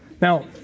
Now